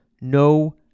No